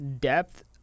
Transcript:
depth